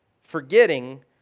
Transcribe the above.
Forgetting